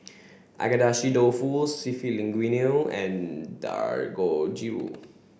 Agedashi Dofu Seafood Linguine and Dangojiru